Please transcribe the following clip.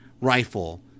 rifle